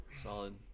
Solid